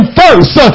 first